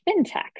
fintech